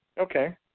okay